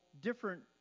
different